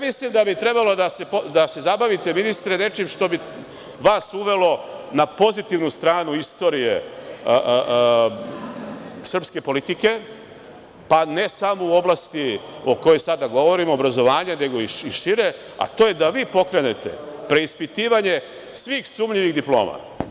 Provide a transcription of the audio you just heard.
Mislim da bi trebalo da se zabavite, ministre, nečim što bi vas uvelo na pozitivnu stranu istorije srpske politike, a ne samo u oblasti o kojoj sada govorimo, o obrazovanju, nego i šire, a to je da vi pokrenete preispitivanje svih sumnjivih diploma.